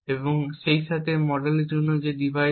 এবং সেইসাথে মডেলের জন্য যে ডিভাইস